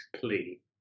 plea